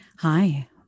Hi